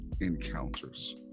encounters